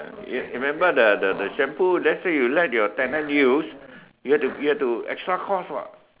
you remember the the the shampoo let's say you let your tenant use you have to you have to extra costs what